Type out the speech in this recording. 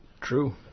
True